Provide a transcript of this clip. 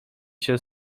się